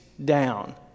down